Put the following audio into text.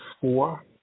four